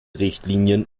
richtlinien